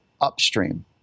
upstream